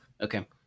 Okay